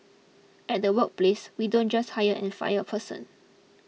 at the workplace we don't just hire and fire a person